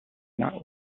not